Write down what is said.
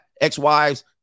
ex-wives